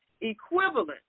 equivalent